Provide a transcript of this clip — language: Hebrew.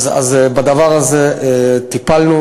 בדבר הזה טיפלנו.